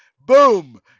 boom